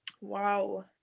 Wow